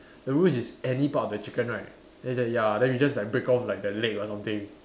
the rules is any part of the chicken right then he say ya then we just like break off like the leg or something